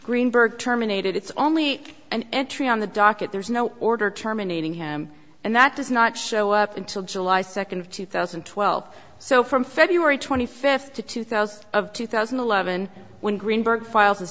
greenberg terminated it's only an entry on the docket there is no order terminating him and that does not show up until july second of two thousand and twelve so from feb twenty fifth to two thousand two thousand and eleven when greenberg file